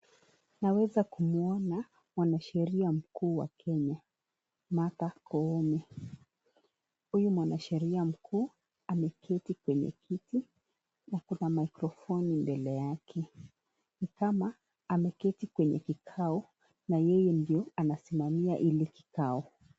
Naweza kumwona mwanasheria mkuu wa Kenya, Maartha koome. Huyu mwanasheria mkuu ameketi kwenye kiti na kuna microfoni mbele yake. Ni kama ameketi kwenye kikao na yeye ndio anasimamia hili kikao.